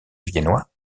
viennois